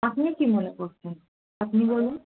আপনি কি মনে করছেন আপনি বলুন